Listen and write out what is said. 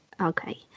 Okay